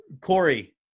Corey